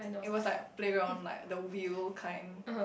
it was like a playground like the wheel kind